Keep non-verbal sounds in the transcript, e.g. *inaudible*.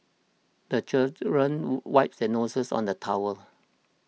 the children *hesitation* wipe their noses on the towel